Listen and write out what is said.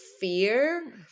fear